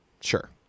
Sure